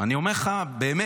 אני אומר לך באמת.